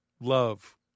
love